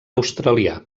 australià